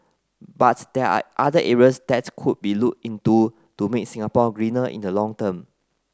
but there are other areas that could be looked into to make Singapore greener in the long term